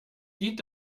dient